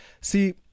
See